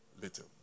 little